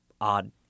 odd